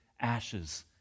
ashes